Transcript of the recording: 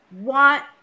want